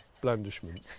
blandishments